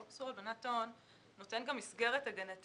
חוק איסור הלבנת הון נותן גם מסגרת הגנתית